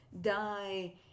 die